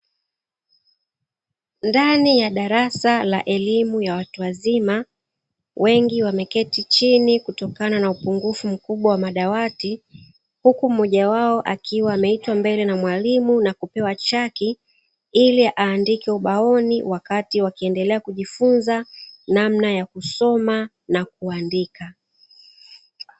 Ndani ya darasa la elimu ya watu wazima, wengi wameketi chini kutokana na upungufu mkubwa wa madawati. Huku mmoja wao akiwa ameitwa mbele na mwalimu na kupewa chaki ili aandike ubaoni, huku wakiendelea kujifunza namna ya kusoma na kuandika.